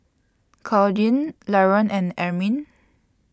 Claudine Laron and Amin